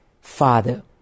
Father